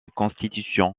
constitution